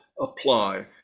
apply